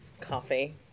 Coffee